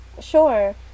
Sure